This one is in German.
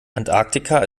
antarktika